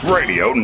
Radio